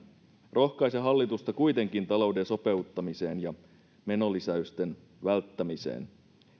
rohkaisen hallitusta kuitenkin talouden sopeuttamiseen ja menolisäysten välttämiseen